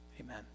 Amen